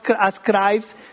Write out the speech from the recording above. ascribes